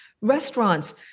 restaurants